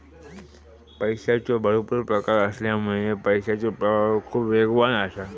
पैशाचे भरपुर प्रकार असल्यामुळा पैशाचो प्रवाह खूप वेगवान असा